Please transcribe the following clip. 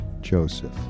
Joseph